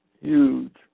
huge